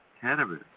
cannabis